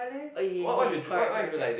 okay K correct correct correct